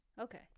okay